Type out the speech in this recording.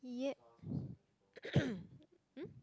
yeah um